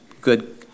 good